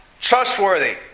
Trustworthy